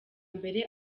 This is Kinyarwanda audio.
mbere